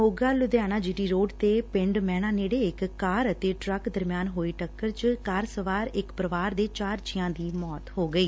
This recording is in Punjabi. Moga Ludhiana G T road ਤੇ ਪਿੰਡ ਮਹਿਣਾ ਨੇੜੇ ਇਕ ਕਾਰ ਅਤੇ ਟਰੱਕ ਦਰਮਿਆਨ ਹੋਈ ਟਕੱਰ ਚ ਕਾਰ ਸਵਾਰ ਇਕ ਪਰਿਵਾਰ ਦੇ ਚਾਰ ਜੀਆਂ ਦੀ ਮੌਤ ਹੋ ਗਈ